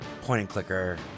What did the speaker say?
point-and-clicker